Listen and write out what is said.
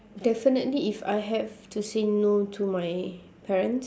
definitely if I have to say no to my parents